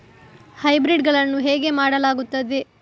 Hybrid ಗಳನ್ನು ಹೇಗೆ ಮಾಡಲಾಗುತ್ತದೆ?